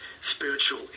Spiritual